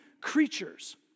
creatures